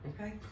Okay